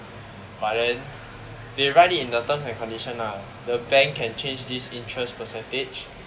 but then they write it in the terms and conditions lah the bank can change this interest percentage